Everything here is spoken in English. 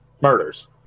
murders